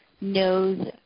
knows